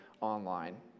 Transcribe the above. online